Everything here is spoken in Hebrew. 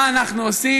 מה אנחנו עושים?